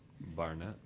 Barnett